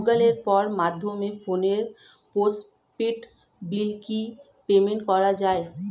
Google পের মাধ্যমে ফোনের পোষ্টপেইড বিল কি পেমেন্ট করা যায়?